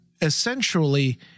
essentially